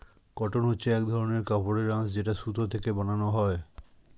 cotton হচ্ছে এক ধরনের কাপড়ের আঁশ যেটা সুতো থেকে বানানো হয়